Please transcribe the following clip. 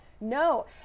No